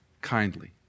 kindly